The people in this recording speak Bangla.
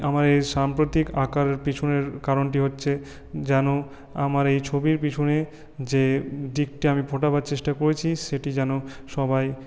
আমার এই সাম্প্রতিক আঁকার পিছনের কারণটি হচ্ছে যেন আমার এই ছবির পিছনে যে দিকটা আমি ফোটাবার চেষ্টা করেছি সেটি যেন সবাই